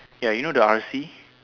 ya you know the R_C